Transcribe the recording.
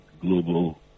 global